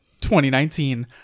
2019